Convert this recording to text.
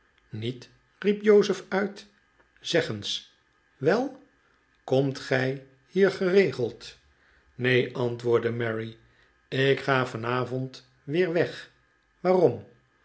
niet riep jozef uit zeg eens wel komt gij hier geregeld neen r antwoordde mary ik ga van avond weer weg waarom